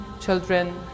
children